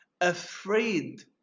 afraid